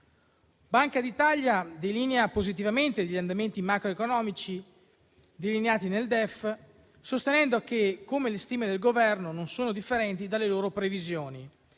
Banca d'Italia descrive positivamente gli andamenti macroeconomici delineati nel DEF, sostenendo che le stime del Governo non sono differenti dalle loro previsioni